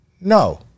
No